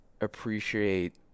appreciate